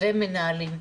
ומנהלים,